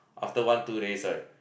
after one two days right